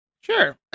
Sure